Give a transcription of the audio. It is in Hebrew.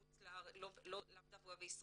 לסדר היום בנושא בניית תכנית אב לאומית בתחום